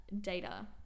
data